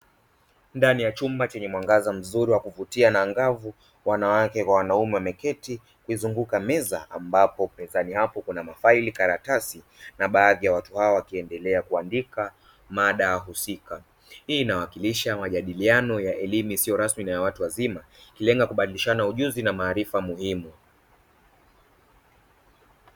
Ndani ya chumba chenye mwangaza mzuri wakuvutia na angavu, wanawake kwa wanaume wameketi wakimzunguka meza ambapo mezani apo kuna mafaili, karatasi na baadhi ya watu hao wakiendelea kuandika mada husika. Hii inawakilisha majadiliano ya elimu isiyo rasmi na ya watu wazima ikilenga kubadilishana ujuzi na maarifa muhimu.